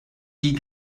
die